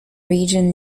region